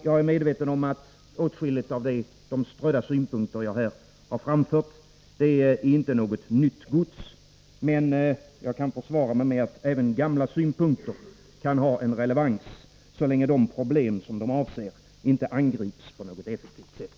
Jag är medveten om att åtskilligt i de strödda synpunkter jag här har framfört inte är något nytt gods, men jag kan försvara mig med att även gamla synpunkter kan ha en relevans så länge de problem som de avser inte angrips på något effektivt sätt.